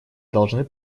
должны